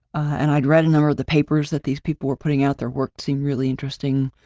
and i'd read a number of the papers that these people were putting out, their work seemed really interesting.